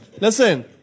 listen